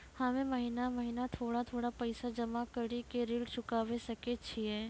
हम्मे महीना महीना थोड़ा थोड़ा पैसा जमा कड़ी के ऋण चुकाबै सकय छियै?